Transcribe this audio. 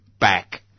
back